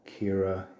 Kira